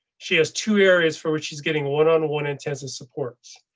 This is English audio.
she has two areas for which he's getting one on one intensive support.